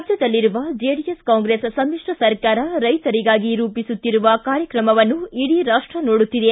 ರಾಜ್ಯದಲ್ಲಿರುವ JDS Congress ಸಮಿತ್ರ ಸರಕಾರ ರೈತರಿಗಾಗಿ ರೂಪಿಸುತ್ತಿರುವ ಕಾರ್ಯಕ್ರಮವನ್ನು ಇಡೀ ರಾಷ್ಟ ನೋಡುತ್ತಿದೆ